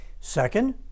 Second